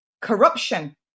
corruption